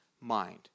mind